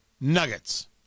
nuggets